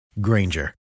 Granger